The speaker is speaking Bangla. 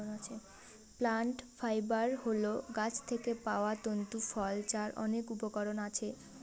প্লান্ট ফাইবার হল গাছ থেকে পাওয়া তন্তু ফল যার অনেক উপকরণ আছে